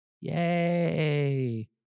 Yay